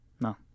No